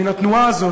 מהתנועה הזאת,